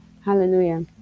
Hallelujah